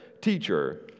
teacher